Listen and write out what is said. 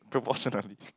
proportionately